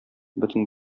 бөтен